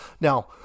Now